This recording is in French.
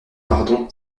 pardon